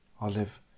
Olive